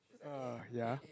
err ya